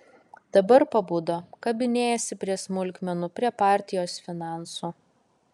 dabar pabudo kabinėjasi prie smulkmenų prie partijos finansų